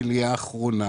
מיום ט"ז באלול התשע"ה (15 בספטמבר 2011)